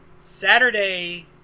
Saturday